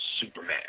Superman